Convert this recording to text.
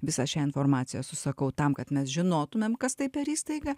visą šią informaciją susakau tam kad mes žinotumėm kas tai per įstaiga